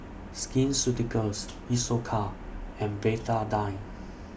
Skin Ceuticals Isocal and Betadine